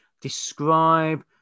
describe